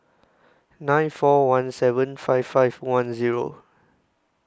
nine four one seven five five one Zero